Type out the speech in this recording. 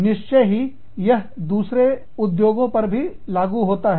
निश्चय ही यह यह दूसरे उद्योगों पर भी लागू होता है